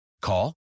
Call